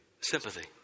sympathy